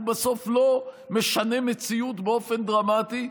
הוא בסוף לא משנה מציאות באופן דרמטי,